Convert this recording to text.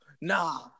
Nah